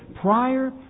prior